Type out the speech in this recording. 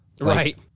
Right